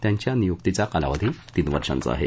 त्यांच्या नियुक्तीचा कालावधी तीन वर्षाचा आहे